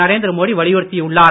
நரேந்திர மோடி வலியுறுத்தியுள்ளார்